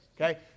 Okay